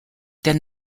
than